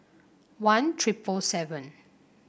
one triple seven